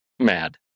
Mad